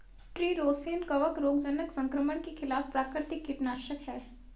tree rosin कवक रोगजनक संक्रमण के खिलाफ प्राकृतिक कीटनाशक है